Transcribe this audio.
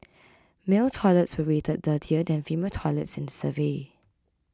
male toilets were rated dirtier than female toilets in the survey